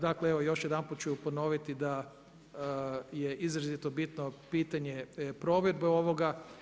Dakle evo još jedanput ću ponoviti da je izrazito bitno pitanje provedbe ovoga.